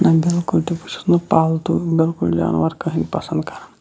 نہ بلکل تہِ بہٕ چھُس نہٕ پالتوٗ بلکل جاناوار کٕہٕنۍ پَسنٛد کَران